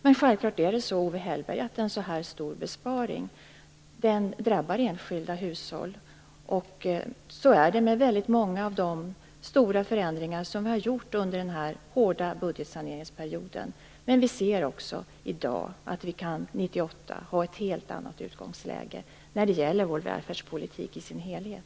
Men självklart är det så, Owe Hellberg, att en så här stor besparing drabbar enskilda hushåll. Så är det med många av de stora förändringar som vi har gjort under denna hårda budgetsaneringsperiod. Vi ser dock i dag att vi 1998 kommer att ha ett helt annat utgångsläge när det gäller vår välfärdspolitik i dess helhet.